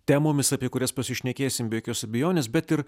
temomis apie kurias pasišnekėsim be jokios abejonės bet ir